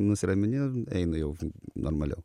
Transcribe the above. nusiramini eina jau normaliau